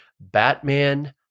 Batman